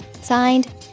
Signed